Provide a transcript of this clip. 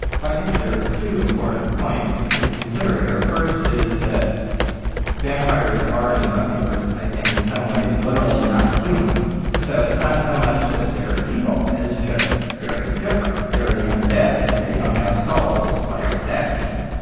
i think there are two important points to consider here. first is that vampires are in the buffyverse i think in some ways literally not human. so it's not so much that they're evil, as just very different. they're the un-dead, they don't have souls, whatever that means,